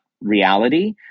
reality